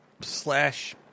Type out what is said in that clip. slash